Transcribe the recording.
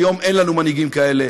היום אין לנו מנהיגים כאלה.